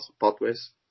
pathways